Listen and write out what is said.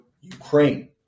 Ukraine